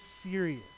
serious